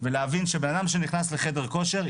ולהבין שבן אדם שנכנס לחדר כושר,